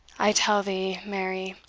i tell thee, mary,